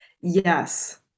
yes